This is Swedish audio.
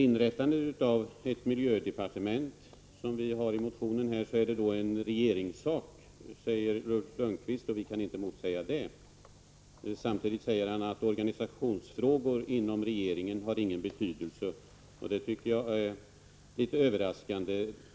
Inrättandet av ett miljödepartement, som vi föreslår i motionen, är en regeringssak, säger Ulf Lönnqvist, och vi kan inte motsäga det. Samtidigt anser han att organisationsfrågor inom regeringen inte har någon betydelse, och det tycker jag är litet överraskande.